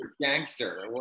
gangster